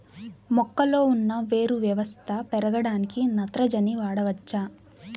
మొక్కలో ఉన్న వేరు వ్యవస్థ పెరగడానికి నత్రజని వాడవచ్చా?